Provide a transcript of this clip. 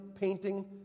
painting